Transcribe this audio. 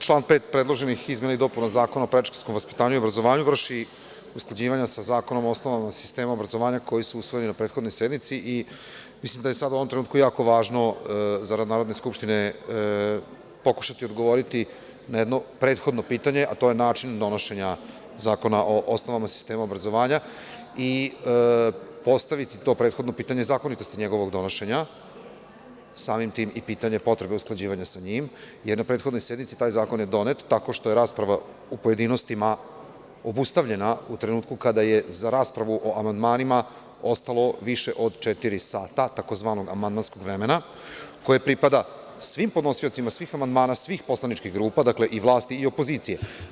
Član 5. predloženih izmena i dopuna Zakona o predškolskom vaspitanju i obrazovanju vrši usklađivanje sa Zakonom o osnovama sistema obrazovanja, koji su usvojeni na prethodnoj sednici i mislim da je sada u ovom trenutku jako važno zarad Narodne skupštine pokušati odgovoriti na jedno prethodno pitanje, a to je način donošenja Zakona o osnovama sistema obrazovanja i postaviti to prethodno pitanje zakonitosti njegovog donošenja, samim tim i pitanje potrebe usklađivanja sa njim, jer na prethodnoj sednici taj zakon je donet tako što je rasprava u pojedinostima obustavljena u trenutku kada je za raspravu o amandmanima ostalo više od četiri sata tzv. amandmanskog vremena koje pripada svim podnosiocima svih amandmana svih poslaničkih grupa, dakle i vlasti i opozicije.